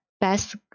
best